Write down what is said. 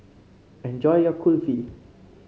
enjoy your Kulfi